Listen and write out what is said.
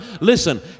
Listen